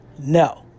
no